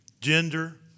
gender